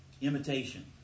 imitation